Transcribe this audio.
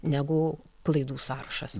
negu klaidų sąrašas